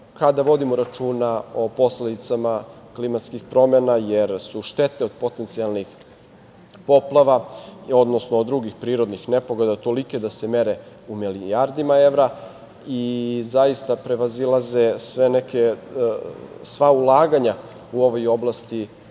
kada vodimo računa o posledicama klimatskih promena, jer su štete od potencijalnih poplava, odnosno od drugih prirodnih nepogoda tolike da se mere u milijardama evra i prevazilaze sva ulaganja u ovoj oblasti